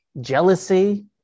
jealousy